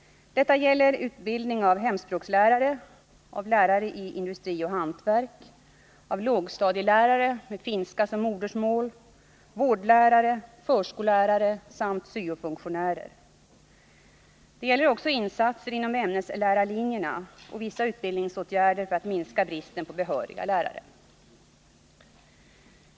Det gäller utbildning av hemspråkslärare, av lärare inom industri och hantverk, av lågstadielärare med finska som modersmål, vårdlärare, förskollärare samt syo-funktionärer. Det gäller också insatser inom ämneslärarlinjerna och vissa utbildningsåtgärder för att minska bristen på behöriga lärare.